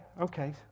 okay